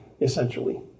essentially